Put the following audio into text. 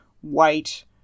white